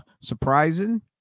surprising